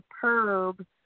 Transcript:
superb